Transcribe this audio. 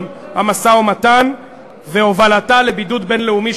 המשא-ומתן ובהובלתה לבידוד בין-לאומי.